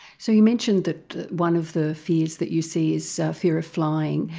so you mentioned that one of the fears that you see is a fear of flying,